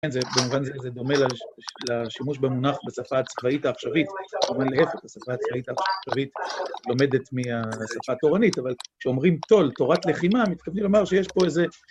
כן, זה במובן, זה דומה לשימוש במונח בשפה הצבאית העכשווית, אבל להפך, השפה הצבאית העכשווית לומדת מהשפה התורנית, אבל כשאומרים תו״ל, תורת לחימה, מתכוונים לומר שיש פה איזה...